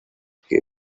que